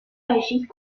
agit